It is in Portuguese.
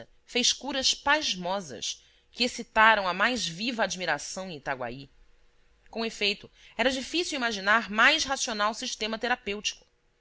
faz curas pasmosas que excitaram a mais viva admiração em itaguaí com efeito era difícil imaginar mais racional sistema terapêutico